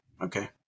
okay